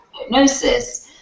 hypnosis